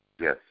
Yes